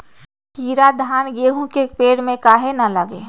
कीरा धान, गेहूं के पेड़ में काहे न लगे?